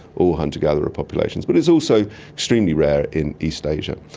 or hunter gatherer populations, but it's also extremely rare in east asia.